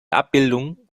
abbildung